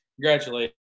Congratulations